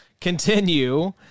continue